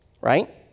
Right